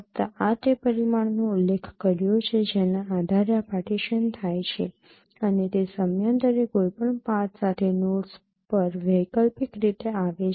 ફક્ત આ તે પરિમાણનો ઉલ્લેખ કર્યો છે જેના આધારે આ પાર્ટીશન થાય છે અને તે સમયાંતરે કોઈ પણ પાથ સાથે નોડ્સ પર વૈકલ્પિક રીતે આવે છે